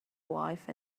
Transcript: wife